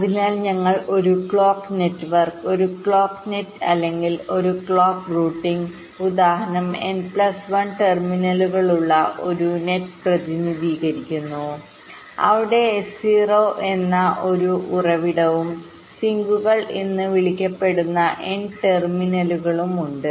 അതിനാൽ ഞങ്ങൾ ഒരു ക്ലോക്ക് നെറ്റ്വർക്ക് ഒരു ക്ലോക്ക് നെറ്റ് അല്ലെങ്കിൽ ഒരു ക്ലോക്ക് റൂട്ടിംഗ്ഉദാഹരണം n പ്ലസ് 1 ടെർമിനലുകളുള്ള ഒരു നെറ്റ് പ്രതിനിധീകരിക്കുന്നു അവിടെ S0 എന്ന ഒരു ഉറവിടവും സിങ്കുകൾ എന്ന് വിളിക്കപ്പെടുന്ന n ടെർമിനലുകളും ഉണ്ട്